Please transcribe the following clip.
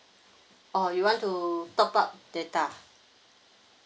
orh you want to top up data